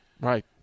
Right